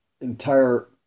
entire